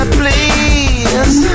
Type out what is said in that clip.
please